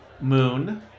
Moon